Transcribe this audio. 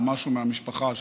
משהו מהמשפחה,